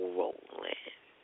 rolling